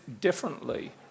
differently